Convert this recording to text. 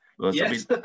yes